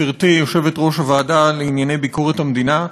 גברתי יושבת-ראש הוועדה לענייני ביקורת המדינה,